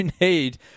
need